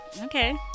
Okay